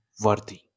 worthy